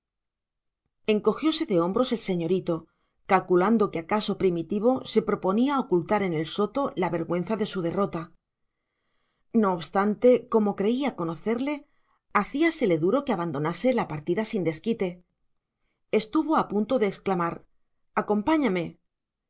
encogióse de hombros el señorito calculando que acaso primitivo se proponía ocultar en el soto la vergüenza de su derrota no obstante como creía conocerle hacíasele duro que abandonase la partida sin desquite estuvo a punto de exclamar acompáñame